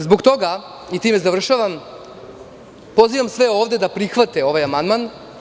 Zbog toga, i time završavam, pozivam sve ovde da prihvate ovaj amandmane.